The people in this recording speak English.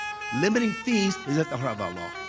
limiting fees is at the heart of our law.